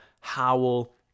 Howell